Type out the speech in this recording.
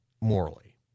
morally